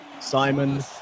Simon